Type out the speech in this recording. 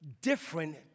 different